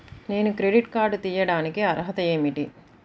నేను credit card తీయడానికి అర్హత ఏమిటి?